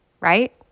right